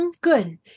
Good